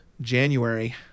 January